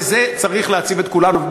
וזה צריך להעציב את כולנו,